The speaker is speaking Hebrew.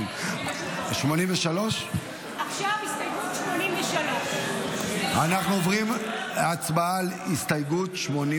83. אנחנו עוברים להצבעה על הסתייגות מס'